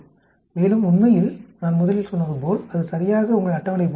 மேலும் உண்மையில் நான் முதலில் சொன்னது போல் அது சரியாக உங்கள் அட்டவணை போன்றது